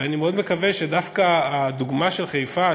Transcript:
ואני מאוד מקווה שדווקא הדוגמה של חיפה,